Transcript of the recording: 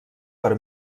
per